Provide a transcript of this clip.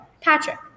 Patrick